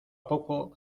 poco